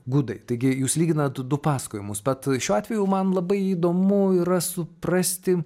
gudai taigi jūs lyginat du pasakojimus bet šiuo atveju man labai įdomu yra suprasti